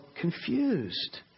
confused